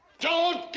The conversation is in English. don't